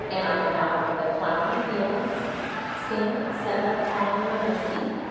and i have the flowering fields stamp set up on my misti.